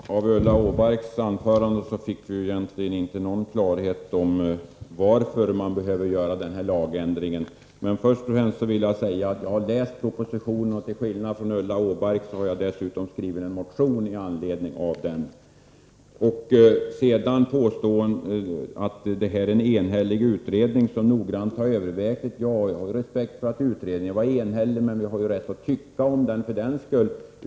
Herr talman! Av Ulla-Britt Åbarks anförande fick vi egentligen inte någon klarhet i varför denna lagändring behöver göras. Men först och främst vill jag säga att jag har läst propositionen, och till skillnad från Ulla-Britt Åbark har jag dessutom väckt en motion med anledning av den. Ulla-Britt Åbark påstår att en enhällig utredning noggrant har övervägt denna lagändring. Ja, jag har respekt för att utredningen var enhällig, men för den skull har vi rätt att uttrycka vår uppfattning.